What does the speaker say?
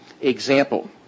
Example